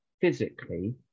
physically